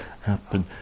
happen